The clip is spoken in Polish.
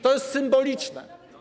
To jest symboliczne.